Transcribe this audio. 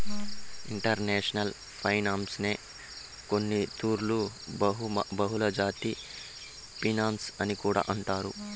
international ఫైనాన్సునే కొన్నితూర్లు బహుళజాతి ఫినన్సు అని కూడా అంటారు